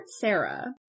Sarah